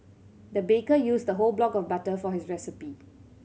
the baker used a whole block of butter for this recipe